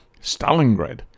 Stalingrad